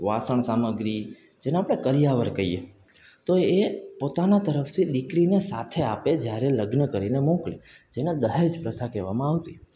વાસણસામગ્રી જેને આપણે કરિયાવર કઈએ તો એ પોતાના તરફથી દીકરીને સાથે આપે જ્યારે લગ્ન કરીને મોકલે જેને દહેજપ્રથા કહેવામાં આવતી